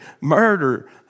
murder